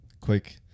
quick